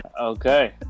Okay